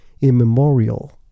immemorial